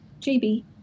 JB